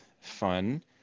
fun